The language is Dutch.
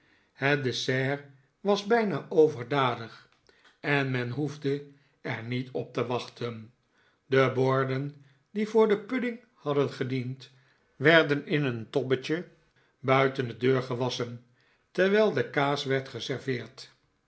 het dessert was bijna overdadig en men hqefde er niet op te wachten de borden die voor de pudding hadden gediend werden in een tobbetje buiten de deur gewasschen terwijl de kaas werd geserveerd